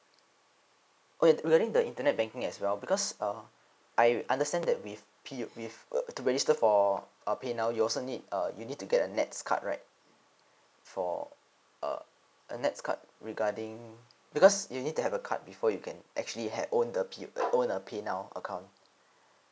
okay regarding the internet banking as well because uh I understand that with P uh with uh to register for uh paynow you also need uh you need to get a NETS card right for uh a next cart regarding because you need to have a card before you can actually had own the P own a paynow account